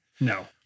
No